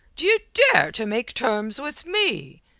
d'ye dare to make terms with me?